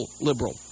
liberal